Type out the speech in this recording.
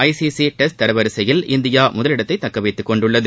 ஐ C C test தரவரிசையில் India முதல் இடத்தை தக்கவைத்துக் கொண்டுள்ளது